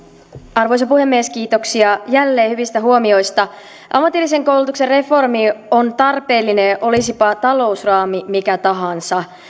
arvoisa puhemies kiitoksia jälleen hyvistä huomioista ammatillisen koulutuksen reformi on tarpeellinen olisipa talousraami mikä tahansa